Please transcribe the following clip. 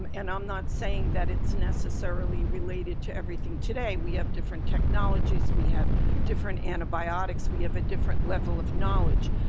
um and i'm not saying that it's necessarily related to everything today, we have different technologies, we have different antibiotics, we have a different level of knowledge.